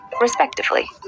respectively